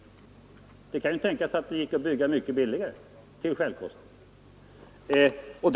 Det kan ju tänkas att det gick att bygga mycket billigare till självkostnadspris.